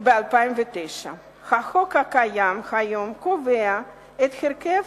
2009. החוק הקיים היום קובע את הרכב